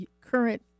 current